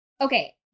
Okay